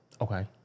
Okay